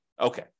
Okay